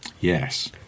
Yes